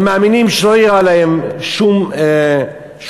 הם מאמינים שלא יהיה עליהם שום דבר.